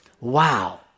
Wow